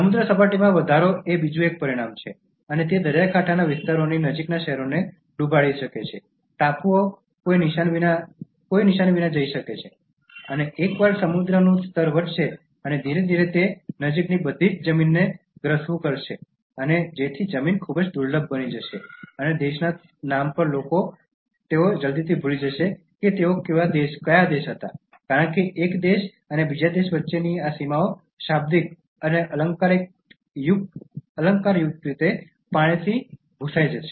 સમુદ્ર સપાટીમાં વધારો એ બીજું પરિણામ છે અને તે દરિયાકાંઠાના વિસ્તારોની નજીકના શહેરોને ડૂબી શકે છે ટાપુઓ કોઈ નિશાન વિના જઇ શકે છે અને એકવાર સમુદ્રનું સ્તર વધશે અને ધીરે ધીરે તે નજીકની બધી જ જમીનને ગ્રસવું કરશે જેથી જમીન ખૂબ જ દુર્લભ બની જશે અને દેશના નામ પર લોકો તેઓ જલ્દીથી ભૂલી જશે કે તેઓ કયા દેશના છે કારણ કે એક દેશ અને બીજા દેશની વચ્ચેની આ સીમાઓ શાબ્દિક અને અલંકારયુક્ત રીતે પાણીથી અસ્પષ્ટ થઇ જશે